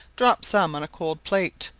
drop some on a cold plate,